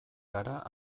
gara